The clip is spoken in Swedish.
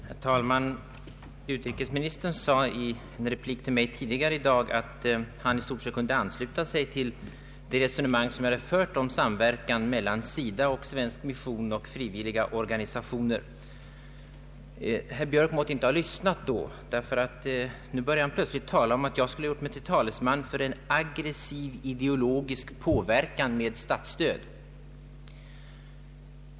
Herr talman! Utrikesministern sade i en replik till mig tidigare i dag att han i stort sett kunde ansluta sig till det resonemang som jag förde om samverkan mellan SIDA, svensk mission och frivilliga organisationer. Herr Björk måtte inte ha lyssnat vid det tillfället. Nu säger han plötsligt att jag skulle ha gjort mig till talesman för en ”aggressiv ideologisk påverkan” med statsstöd.